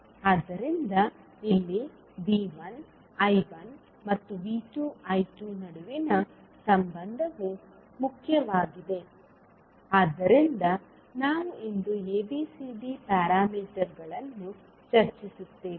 ಆದ್ದರಿಂದ ಇಲ್ಲಿ V1 I1 ಮತ್ತು V2 I2 ನಡುವಿನ ಸಂಬಂಧವು ಮುಖ್ಯವಾಗಿದೆ ಆದ್ದರಿಂದ ನಾವು ಇಂದು ABCD ಪ್ಯಾರಾಮೀಟರ್ಗಳನ್ನು ಚರ್ಚಿಸುತ್ತೇವೆ